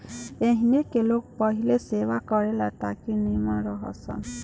एहनी के लोग पालेला सेवा करे ला ताकि नीमन रह सन